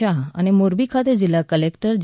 શાહે અને મોરબી ખાતે જિલ્લા કલેકટર જે